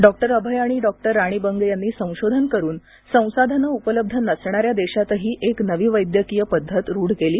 doctor Abhay आणि doctor Rani Bang यांनी संशोधन करून संसाधनं उपलब्ध नसणाऱ्या देशांतही एक नवी वैद्यकीय पद्धत रूढ केली